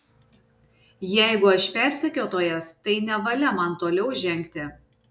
jeigu aš persekiotojas tai nevalia man toliau žengti